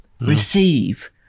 receive